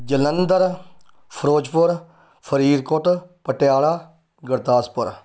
Jalandhar Ferozepur Faridkot Patiala Gurdaspur